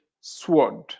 sword